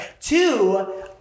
Two